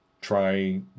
Try